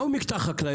מהו מקטע חקלאי?